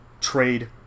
trade